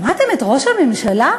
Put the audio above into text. שמעתם את ראש הממשלה?